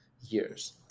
years